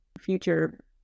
future